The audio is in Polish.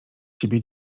ciebie